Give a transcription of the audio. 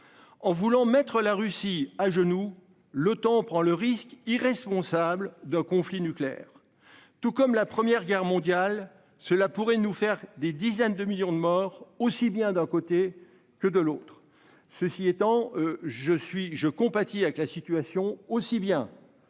En voulant mettre la Russie à genoux le temps prend le risque irresponsable d'un conflit nucléaire, tout comme la première guerre mondiale, cela pourrait nous faire des dizaines de millions de morts, aussi bien d'un côté que de l'autre. Ceci étant, je suis je compatis avec la situation aussi bien